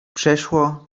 przeszło